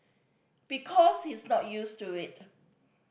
because he's not used to it